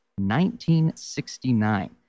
1969